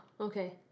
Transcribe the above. okay